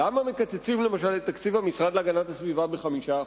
למה מקצצים למשל את תקציב המשרד להגנת הסביבה ב-5%,